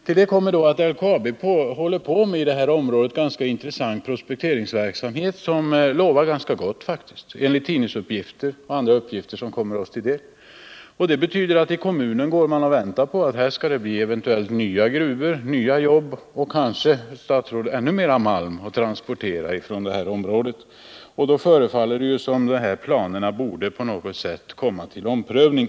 Till detta kommer att LKAB i det aktuella området bedriver en intressant prospekteringsverksamhet, som lovar ganska gott, enligt tidningsuppgifter och andra uppgifter som kommer oss till del. Det betyder att man i kommunen går och väntar på att det eventuellt skall bli nya gruvor, nya jobb och kanske, herr statsråd, ännu mer malm att transportera från det här området. Det förefaller alltså som om planerna beträffande Slagnäs station borde på något sätt komma till omprövning.